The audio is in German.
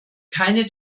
keine